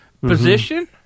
position